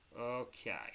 Okay